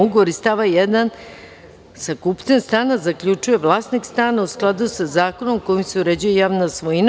Ugovor iz stava 1. sa kupcem stana zaključuje vlasnik stana u skladu sa zakonom kojim se uređuje javna svojina.